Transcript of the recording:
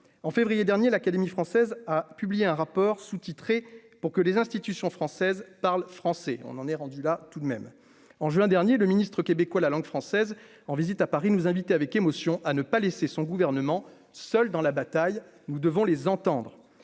en février dernier, l'Académie française a publié un rapport sous-titré pour que les institutions françaises parlent français, on en est rendu là tout de même en juin dernier le ministre québécois, la langue française en visite à Paris nous inviter avec émotion à ne pas laisser son gouvernement seul dans la bataille, nous devons les entendre,